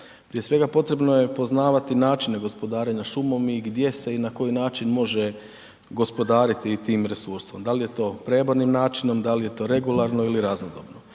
Prije svega potrebno je poznavati načine gospodarenja šumom i gdje se i na koji način može gospodariti tim resursom, da li je to prebornim načinom, da li je to regularno ili raznodobno.